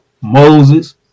Moses